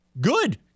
good